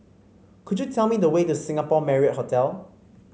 could you tell me the way to Singapore Marriott Hotel